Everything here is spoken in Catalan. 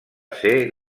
ser